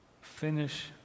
finish